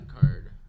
card